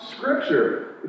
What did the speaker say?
Scripture